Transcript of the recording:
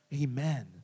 Amen